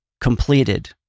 completed